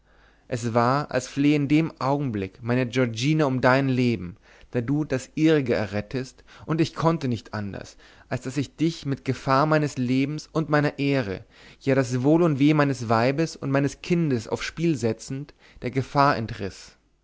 es war als flehe in dem augenblick meine giorgina um dein leben da du das ihrige errettet und ich konnte nicht anders als daß ich dich mit gefahr meines lebens und meiner ehre ja das wohl und weh meines weibes und meines kindes aufs spiel setzend der gefahr entriß